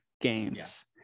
games